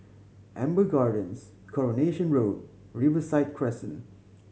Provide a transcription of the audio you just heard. Amber Gardens Coronation Road Riverside Crescent